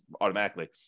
automatically